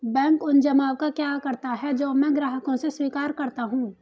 Bank उन जमाव का क्या करता है जो मैं ग्राहकों से स्वीकार करता हूँ?